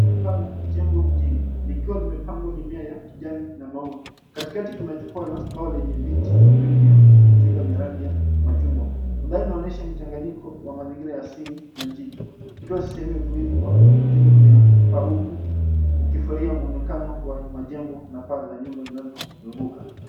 Juu ya paa la jengo mjini, likiwa limepandwa mimea ya kijani na maua. Katikati kuna jukwaa la ambao lenye viti viwili vya kupumzika vya rangi ya machungwa. Umbali inaonyesha mchanganyiko wa mazingira ya asili na jiji, ukitoa sehemu ya utulivu kwa kupumzika juu ya paa huku ukifurahia muonekano wa majengo na paa za nyumba zinazozunguka.